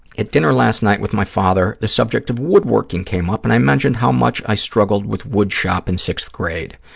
at dinner last night with my father, the subject of woodworking came up and i mentioned how much i struggled with woodshop in sixth grade.